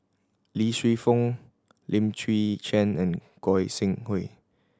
Lee Shu Fen Lim Chwee Chian and Goi Seng Hui